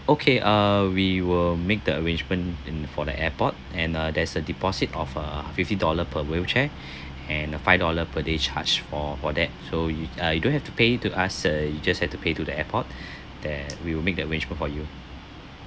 okay uh we will make the arrangement in for the airport and uh there's a deposit of a fifty dollar per wheelchair and five dollar per day charge for for that so you uh you don't have to pay to us uh you just have to pay to the airport they will make the arrangement for you